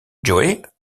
joe